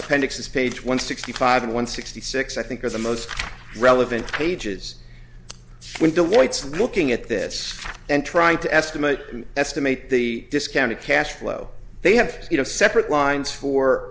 appendix this page one sixty five and one sixty six i think is the most relevant pages with the way it's looking at this and trying to estimate estimate the discounted cash flow they have you know separate lines for